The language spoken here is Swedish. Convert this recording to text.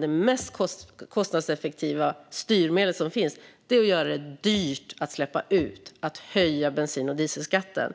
Det mest kostnadseffektiva styrmedel som finns är att göra det dyrt att släppa ut, det vill säga att höja bensin och dieselskatten.